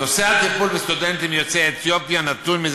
נושא הטיפול בסטודנטים יוצאי אתיופיה נתון מזה